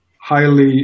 highly